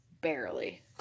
barely